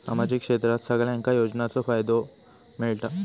सामाजिक क्षेत्रात सगल्यांका योजनाचो फायदो मेलता?